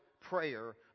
prayer